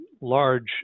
large